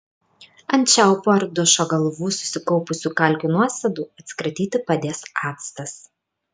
ant čiaupų ar dušo galvų susikaupusių kalkių nuosėdų atsikratyti padės actas